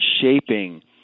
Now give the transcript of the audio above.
shaping